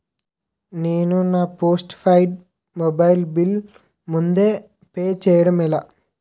నేను నా postpaid mobile bill ముందే పే చేయడం ఎలా?